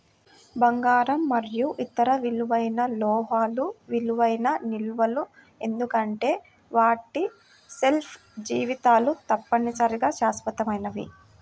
బంగారం మరియు ఇతర విలువైన లోహాలు విలువైన నిల్వలు ఎందుకంటే వాటి షెల్ఫ్ జీవితాలు తప్పనిసరిగా శాశ్వతమైనవి